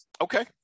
Okay